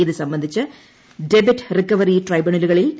ഇത് സംബന്ധിച്ച് ഡെബ്റ്റ് റിക്കവറി ട്രൈബ്യൂണലുകളിൽ ഡി